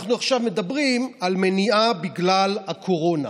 אנחנו עכשיו מדברים על מניעה בגלל הקורונה.